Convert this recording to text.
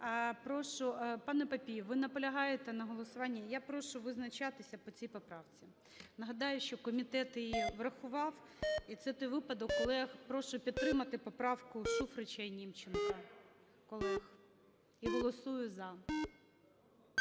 Прошу… ПанеПапієв, ви наполягаєте на голосуванні? Я прошу визначатися по цій поправці. Нагадаю, що комітет її врахував, і це той випадок, коли я прошу підтримати поправку Шуфрича і Німченка, колег, і голосую "за".